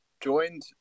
joined